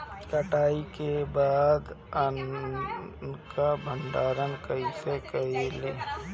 कटाई के बाद अनाज का भंडारण कईसे करीं?